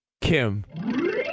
Kim